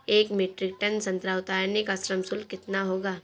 एक metric tonne संतरा उतारने का श्रम शुल्क कितना होगा?